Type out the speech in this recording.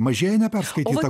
mažėja neperskaityta